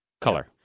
color